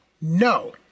No